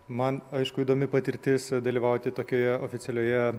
man aišku įdomi patirtis dalyvauti tokioje oficialioje